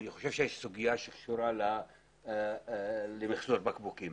אני חושב שיש סוגיה שקשורה למחזור בקבוקים.